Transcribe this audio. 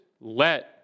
let